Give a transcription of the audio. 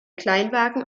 kleinwagen